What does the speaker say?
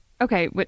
Okay